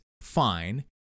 fine